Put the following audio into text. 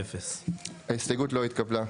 0 ההסתייגות לא התקבלה.